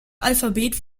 alphabet